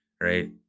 Right